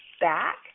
back